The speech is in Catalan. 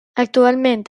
actualment